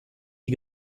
die